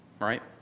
Right